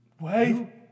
Wait